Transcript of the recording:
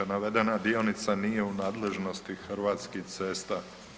Navedena dionica nije u nadležnosti Hrvatskih cesta.